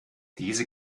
diese